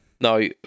No